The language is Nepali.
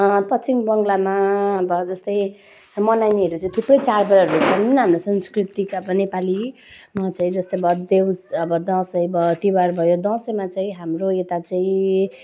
पश्चिम बङ्गालमा अब जस्तै मनाइनेहरू चाहिँ थुप्रै चाडबाडहरू छन् हाम्रो सांस्कृतिक अब नेपालीमा चाहिँ जस्तै भयो देउ अब दसैँ भयो तिहार भयो दसैँमा चाहिँ हाम्रो यता चाहिँ